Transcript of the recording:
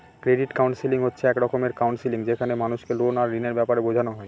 credit counselling হচ্ছে এক রকমের কাউন্সেলিং যেখানে মানুষকে লোন আর ঋণের ব্যাপারে বোঝানো হয়